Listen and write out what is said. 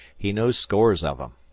he knows scores of em.